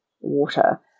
water